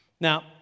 Now